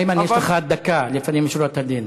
איימן, יש לך דקה, לפנים משורת הדין.